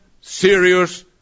serious